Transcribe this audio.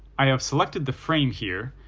i have selected the frame here,